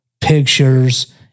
pictures